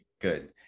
good